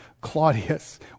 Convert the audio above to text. Claudius